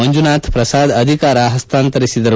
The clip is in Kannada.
ಮಂಜುನಾಥ್ ಪ್ರಸಾದ್ ಅಧಿಕಾರ ಹಸ್ತಾಂತರಿಸಿದರು